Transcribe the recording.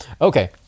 Okay